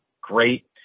great